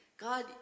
God